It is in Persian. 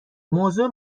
موضوع